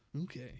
okay